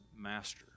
master